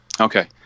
Okay